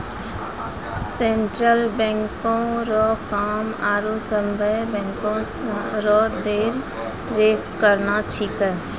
central बैंको रो काम आरो सभे बैंको रो देख रेख करना छिकै